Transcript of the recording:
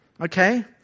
okay